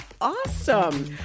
awesome